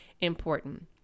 Important